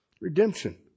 Redemption